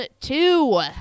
Two